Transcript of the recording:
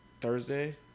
Thursday